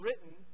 written